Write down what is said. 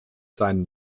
seinen